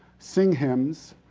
sing hymns,